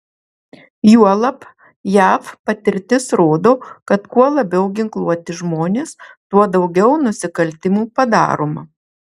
juolab jav patirtis rodo kad kuo labiau ginkluoti žmonės tuo daugiau nusikaltimų padaroma